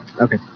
Okay